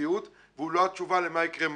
המציאות והוא לא התשובה למה יקרה מחר.